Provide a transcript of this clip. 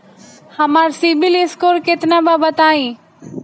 हमार सीबील स्कोर केतना बा बताईं?